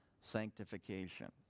sanctification